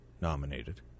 nominated